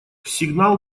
сигнал